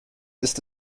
ist